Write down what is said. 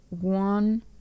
one